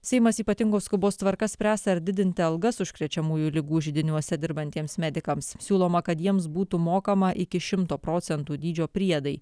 seimas ypatingos skubos tvarka spręs ar didinti algas užkrečiamųjų ligų židiniuose dirbantiems medikams siūloma kad jiems būtų mokama iki šimto procentų dydžio priedai